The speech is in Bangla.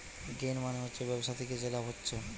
গেইন মানে হচ্ছে ব্যবসা থিকে যে লাভ হচ্ছে